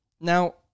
Now